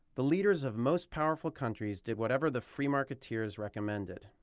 the leaders of most powerful countries did whatever the free marketeers recommended.